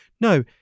No